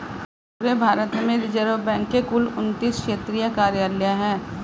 पूरे भारत में रिज़र्व बैंक के कुल उनत्तीस क्षेत्रीय कार्यालय हैं